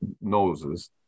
noses